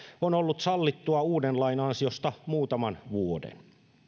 on ollut sallittua uuden lain ansiosta muutaman vuoden